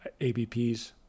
ABPs